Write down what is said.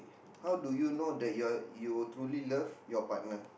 how do you know that you are you will truly love your partner